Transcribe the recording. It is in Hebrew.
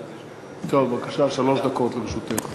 טוב, בבקשה, שלוש דקות לרשותך.